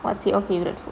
what's your favourite food